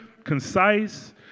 Concise